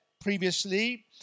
previously